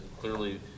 clearly